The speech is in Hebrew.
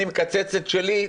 אני מקצץ את שלי.